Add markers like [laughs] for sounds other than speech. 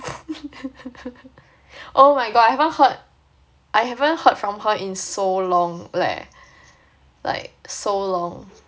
[laughs] oh my god I haven't heard I haven't heard from her in so long like so long